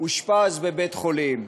אושפז בבית-חולים.